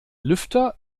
lüfter